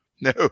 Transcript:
No